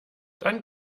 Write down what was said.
dann